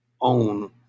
own